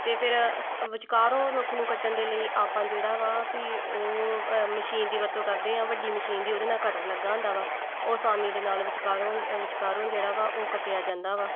ਅਤੇ ਫਿਰ ਵਿੱਚਕਾਰੋਂ ਰੁੱਖ ਨੂੰ ਕੱਟਣ ਦੇ ਲਈ ਆਪਾਂ ਜਿਹੜਾ ਵਾ ਪੀ ਉਹ ਮਸ਼ੀਨ ਦੀ ਵਰਤੋਂ ਕਰਦੇ ਹਾਂ ਵੱਡੀ ਮਸ਼ੀਨ ਦੀ ਉਹਦੇ ਨਾਲ਼ ਕਟਰ ਲੱਗਾ ਹੁੰਦਾ ਵਾ ਉਹ ਆਸਾਨੀ ਦੇ ਨਾਲ਼ ਵਿਚਕਾਰੋਂ ਵਿਚਕਾਰੋਂ ਜਿਹੜਾ ਵਾ ਉਹ ਕੱਟਿਆ ਜਾਂਦਾ ਵਾ